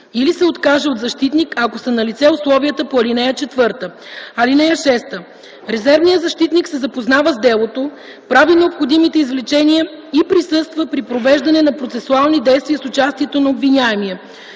или се откаже от защитник, ако са налице условията по ал. 4. (6) Резервният защитник се запознава с делото, прави необходимите извлечения и присъства при провеждане на процесуални действия с участието на обвиняемия.